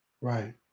Right